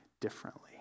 differently